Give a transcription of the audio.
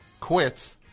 quits